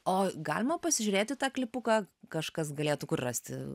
o galima pasižiūrėt į tą klipuką kažkas galėtų kur rasti